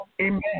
Amen